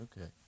Okay